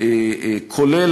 כולל,